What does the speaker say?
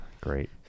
great